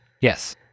Yes